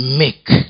make